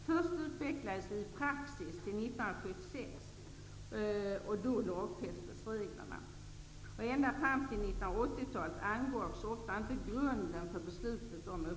För vissa pensionstagare kan det dock finnas behov av skyddsregler.